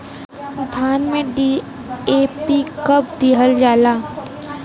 धान में डी.ए.पी कब दिहल जाला?